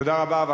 תודה רבה.